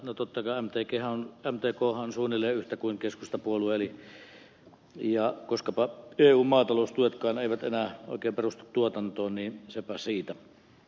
no totta kai mtkhan on suunnilleen yhtä kuin keskustapuolue ja koskapa eun maataloustuetkaan eivät enää oikein perustu tuotantoon niin sepä siitä